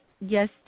yes